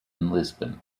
lisbon